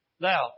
Now